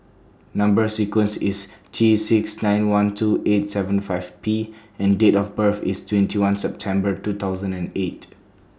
Number sequence IS T six nine one two eight seven five P and Date of birth IS twenty one September two thousand and eight